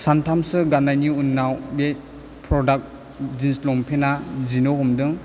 सानथामसो गान्नायनि उनाव बे प्रदाक जिन्स लंपेन्टा जिनो हमदों